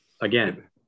Again